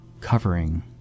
covering